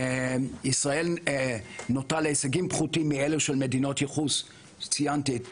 ישראל נוטה להישגים פחותים מאלה של מדינות יחוס שציינתי שווייץ,